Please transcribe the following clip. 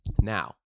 Now